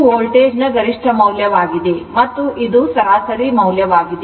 ಇದು ವೋಲ್ಟೇಜ್ ನ ಗರಿಷ್ಠ ಮೌಲ್ಯವಾಗಿದೆ ಮತ್ತು ಇದು ಸರಾಸರಿ ಮೌಲ್ಯವಾಗಿದೆ